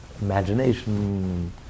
imagination